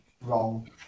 wrong